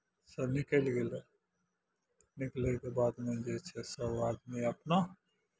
सँ निकलि गेललै निकलयके बादमे जे छै से सभ आदमी अपना